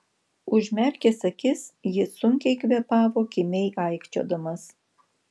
užmerkęs akis jis sunkiai kvėpavo kimiai aikčiodamas